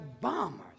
bombers